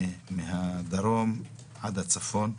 מהדרום ועד הצפון.